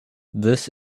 this